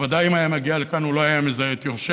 שוודאי אם היה מגיע לכאן הוא לא היה מזהה את יורשיו,